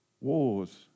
wars